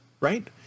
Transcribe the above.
right